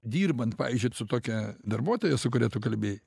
dirbant pavyzdžiui su tokia darbuotoja su kuria tu kalbėjai